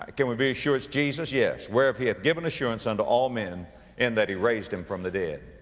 ah, can we be sure it's jesus? yes. whereof he hath given assurance unto all men in that he raised him from the dead.